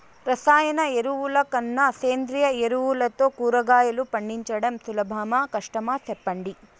రసాయన ఎరువుల కన్నా సేంద్రియ ఎరువులతో కూరగాయలు పండించడం సులభమా కష్టమా సెప్పండి